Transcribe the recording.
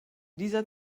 dieser